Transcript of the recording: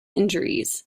injuries